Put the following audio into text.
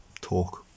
talk